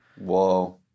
Whoa